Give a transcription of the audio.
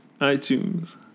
itunes